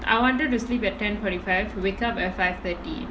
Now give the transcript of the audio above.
I wanted to sleep at ten forty five wake up at five thirty